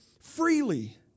freely